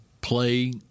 play